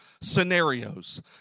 scenarios